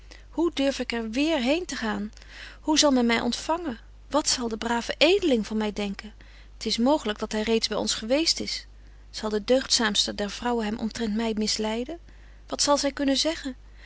hoe durf ik er weêr heen gaan hoe zal men my ontfangen wat zal de brave edeling van my denken t is mooglyk dat hy reeds by ons geweest is zal de deugdzaamste der vrouwen hem omtrent my misleiden wat zal zy kunnen zeggen